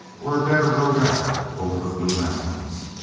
or a better road out over the blue mountains.